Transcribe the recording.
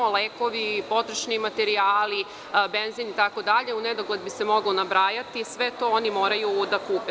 Lekovi, potrošni materijali, benzin itd, u nedogled bi se moglo nabrajati, sve to oni moraju da kupe.